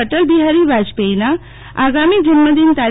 અટલ બિહારી બાજપેયીના આગામી જન્મદિન તા